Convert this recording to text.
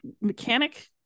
mechanic